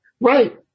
Right